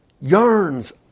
Yearns